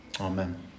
Amen